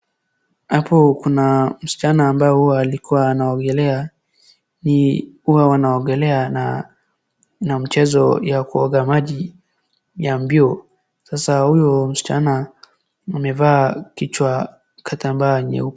Hapo kuna msichana ambayo huwa alikuwa anaogelea. Ni huwa wanaogelea na mchezo ya kuoga maji ya mbio. Sasa huyu msichana amevaa kichwa kitambaa nyeupe.